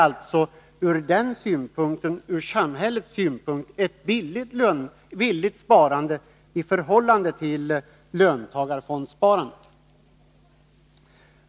Skattesparandet är alltså ur samhällssynpunkt ett billigt sparande i förhållande till löntagarfondssparandet.